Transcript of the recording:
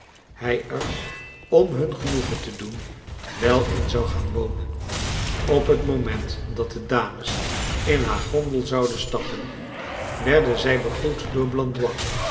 hij er om hun genoegen te doen wel in zou gaan wonen op het oogenblik dat de dames in haar gondel zouden stappen werden zij begroet door